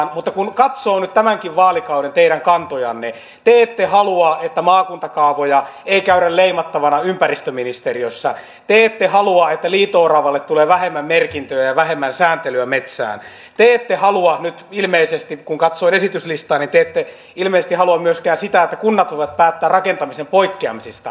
mutta kun katsoo nyt teidän tämänkin vaalikauden kantojanne te ette halua että maakuntakaavat eivät käy leimattavina ympäristöministeriössä te ette halua että liito oravasta tulee vähemmän merkintöjä ja vähemmän sääntelyä metsään te ette nyt ilmeisesti halua kun katsoin esityslistaa myöskään sitä että kunnat voivat päättää rakentamisen poikkeamisista